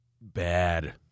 bad